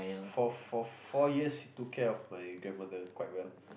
for for four years she took care of my grandmother quite well